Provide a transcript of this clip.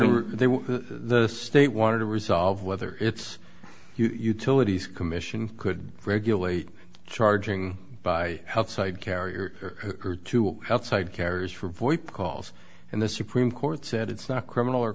of the state wanted to resolve whether it's utilities commission could regulate charging by outside carrier to outside carriers for voice calls and the supreme court said it's not criminal or